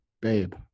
babe